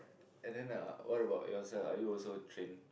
and then uh what about yourself are you also trained